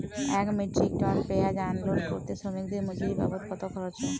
এক metric ton পেঁয়াজ unload করতে শ্রমিকের মজুরি বাবদ কত খরচ হয়?